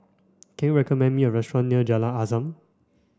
can you recommend me a restaurant near Jalan Azam